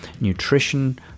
nutrition